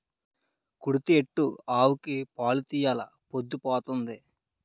కుడితి ఎట్టు ఆవుకి పాలు తీయెలా పొద్దు పోతంది